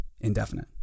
indefinite